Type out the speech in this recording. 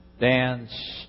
dance